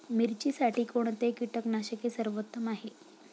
मिरचीसाठी कोणते कीटकनाशके सर्वोत्तम आहे?